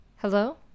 Hello